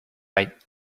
right